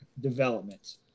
development